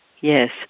Yes